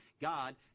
God